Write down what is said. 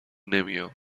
نمیام